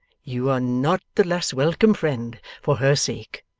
you are not the less welcome, friend, for her sake,